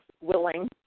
willing